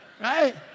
right